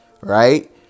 Right